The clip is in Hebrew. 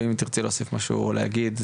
ואם תרצי להוסיף משהו ולהגיב,